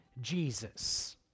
Jesus